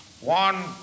one